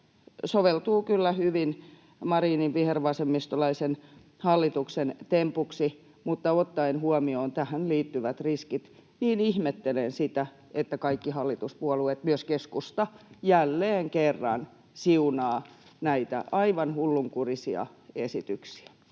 soveltuu kyllä hyvin Marinin vihervasemmistolaisen hallituksen tempuksi, mutta ottaen huomioon tähän liittyvät riskit ihmettelen, että kaikki hallituspuolueet — myös keskusta — jälleen kerran siunaavat näitä aivan hullunkurisia esityksiä.